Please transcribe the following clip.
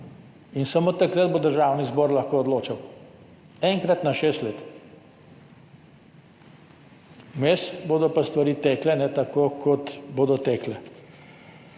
In samo takrat bo Državni zbor lahko odločal – enkrat na šest let. Vmes bodo pa stvari tekle tako, kot bodo tekle.